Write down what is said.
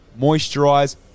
moisturize